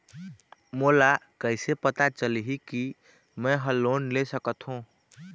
मोला कइसे पता चलही कि मैं ह लोन ले सकथों?